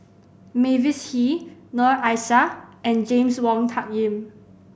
Mavis Hee Noor Aishah and James Wong Tuck Yim